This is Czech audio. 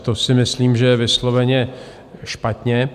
To si myslím, že je vysloveně špatně.